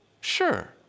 Sure